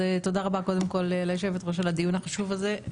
תודה רבה קודם כל ליושבת-ראש על הדיון החשוב הזה.